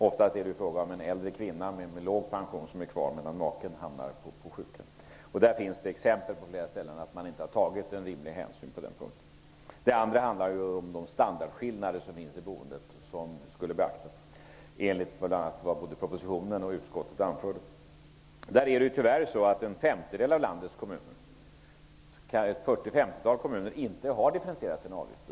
Oftast är det fråga om en äldre kvinna med låg pension som är kvar medan maken hamnar på sjukhem. Där finns det på flera ställen exempel på att rimliga hänsyn inte har tagits. Vidare handlar det om att beakta standardskillnader i boendet. Både propositionen och utskottet anförde detta. Tyvärr har en femtedel av landets kommuner -- 40-- 50 kommuner -- inte differentierat sina avgifter.